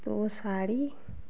तो वह साड़ी